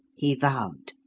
he vowed.